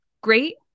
great